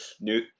new